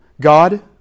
God